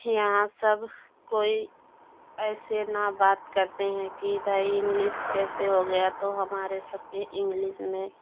यहाँ सब कोई ऐसे ना बात करते हैं कि भाई इंग्लिस जैसे हो गया तो हमारे सबके इंग्लिश में